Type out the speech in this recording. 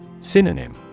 Synonym